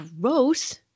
Gross